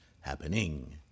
happening